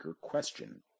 question